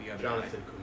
Jonathan